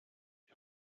die